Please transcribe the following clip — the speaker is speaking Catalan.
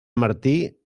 martí